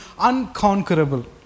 unconquerable